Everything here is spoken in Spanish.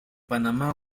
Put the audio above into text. panamá